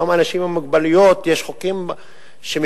ביום אנשים עם מוגבלויות יש חוקים שמקדמים